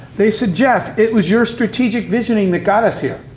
they said, jeff, it was your strategic visioning that got us here.